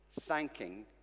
thanking